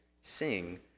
Sing